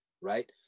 right